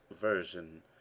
Version